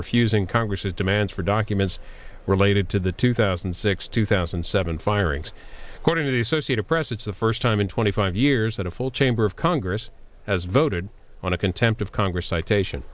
refusing congress's demands for documents related to the two thousand and six two thousand and seven firings according to the associated press it's the first time in twenty five years that a full chamber of congress has voted on a contempt of congress citation